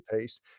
piece